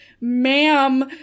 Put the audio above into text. ma'am